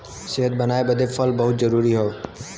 सेहत बनाए बदे फल बहुते जरूरी हौ